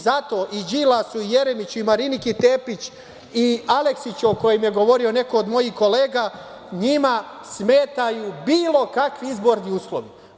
Zato i Đilasu i Jeremiću i Mariniki Tepić i Aleksiću, o kojem je govorio neko od mojih kolega, njima smetaju bilo kakvi izborni uslovi.